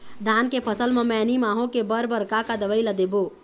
धान के फसल म मैनी माहो के बर बर का का दवई ला देबो?